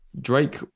Drake